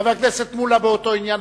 חבר הכנסת מולה, באותו עניין,